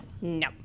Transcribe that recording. no